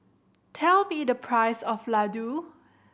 tell me the price of Ladoo